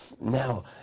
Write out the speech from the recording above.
now